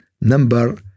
number